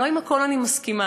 לא לכול אני מסכימה,